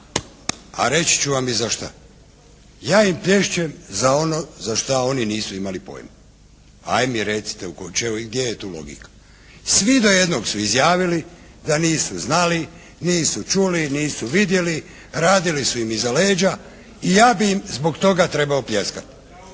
a reći ću vam i zašta. Ja im plješćem za ono za šta oni nisu imali pojma. Aj' mi recite gdje je tu logika. Svi do jednog su izjavili da nisu znali, nisu čuli, nisu vidjeli, radili su im iza leđa i ja bi im zbog toga trebao pljeskat.